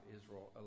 Israel